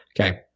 Okay